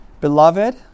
Beloved